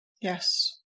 yes